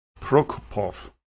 Prokopov